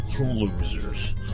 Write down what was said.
losers